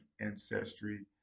ancestry